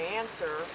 answer